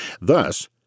Thus